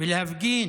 ולהפגין